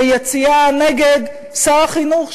ביציאה נגד שר החינוך,